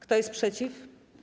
Kto jest przeciw?